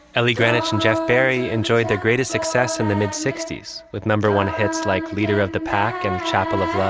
ellie greenwich and jeff barry enjoyed the greatest success in the mid sixty s with no one hits like leader of the pack and chapel of love